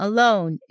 Alone